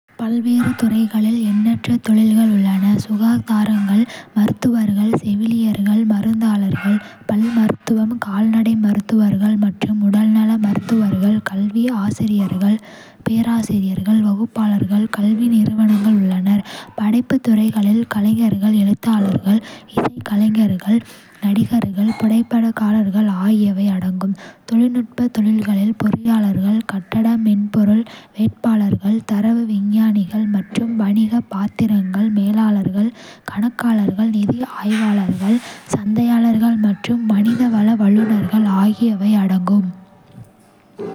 பல்வேறு துறைகளில் எண்ணற்ற தொழில்கள் உள்ளன. சுகாதாரங்களில், மருத்துவர்கள், செவிலியர்கள், மருந்தாளர்கள், பல் மருத்துவம், கால்நடை மருத்துவர்கள், மற்றும் உடல்நல மருத்துவர்கள். கல்வி, ஆசிரியர்கள், பேராசிரியர்கள், வகுப்பாளர்கள், கல்வி நிர்வாகிகள் உள்ளனர். படைப்பு துறைகளில் கலைஞர்கள், எழுத்தாளர்கள், இசைக்கலைஞர்கள், நடிகர்கள் புகைப்படக்காரர்கள் ஆகியவை அடங்கும். தொழில்நுட்ப தொழில்களில் பொறியாளர்கள், கட்டட, மென்பொருள் டெவலப்பர்கள், தரவு விஞ்ஞானிகள் மற்றும். வணிகப் பாத்திரங்கள் மேலாளர்கள், கணக்காளர்கள், நிதி ஆய்வாளர்கள், சந்தையாளர்கள் மற்றும் மனித வள வல்லுநர்கள் ஆகியவை அடங்கும்.